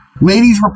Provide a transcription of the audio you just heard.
Ladies